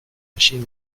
machine